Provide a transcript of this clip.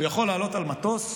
הוא יכול לעלות על מטוס,